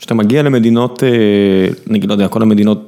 כשאתה מגיע למדינות, נגיד, לא יודע, כל המדינות